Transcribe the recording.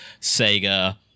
Sega